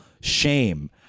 shame